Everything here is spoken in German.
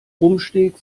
rumpsteak